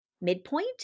Midpoint